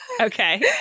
Okay